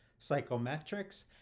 psychometrics